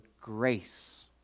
grace